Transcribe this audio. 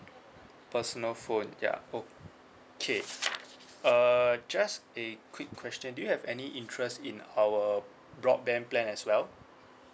personal phone ya okay uh just a quick question do you have any interest in our broadband plan as well